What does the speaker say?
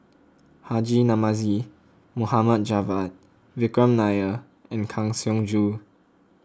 Haji Namazie Mohd Javad Vikram Nair and Kang Siong Joo